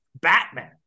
Batman